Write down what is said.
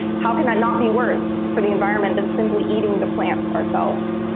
how can that not be worse for the environment than simply eating the plants ourselves?